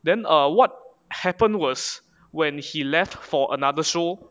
then err what happen was when he left for another show